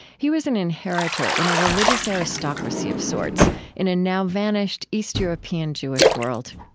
he was an inheritor in a religious aristocracy of sorts in a now-vanished, east european jewish world.